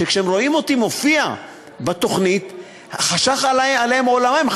שכשהם רואים אותי מופיע בתוכנית חשך עליהם עולמם,